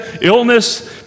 Illness